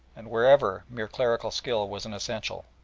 and wherever mere clerical skill was an essential.